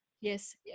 Yes